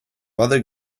other